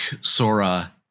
Sora